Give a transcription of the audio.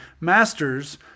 masters